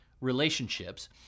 relationships